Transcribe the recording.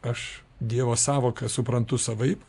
aš dievo sąvoką suprantu savaip